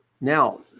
now